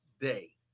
day